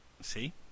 see